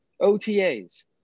OTAs